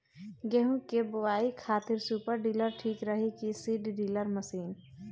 गेहूँ की बोआई खातिर सुपर सीडर ठीक रही की सीड ड्रिल मशीन?